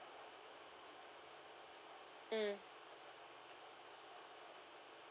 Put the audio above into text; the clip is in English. mm